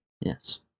Yes